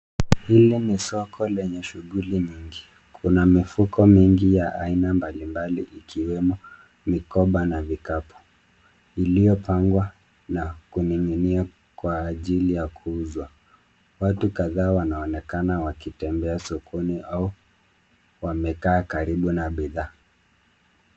Hili ni soko lenye shughuli nyingi. Kuna mifuko mingi ya aina mbalimbali ikiwemo mikoba na vikapu, iliyopangwa na kuning'inia kwa ajili ya kuuzwa. Watu kadhaa wanaonekana wakitembea sokoni au wamekaa karibu na bidhaa.